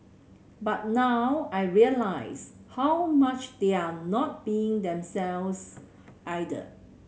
but now I realise how much they're not being themselves either